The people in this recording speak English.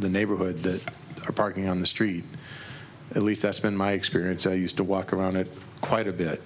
the neighborhood that are parking on the street at least that's been my experience i used to walk around it quite a bit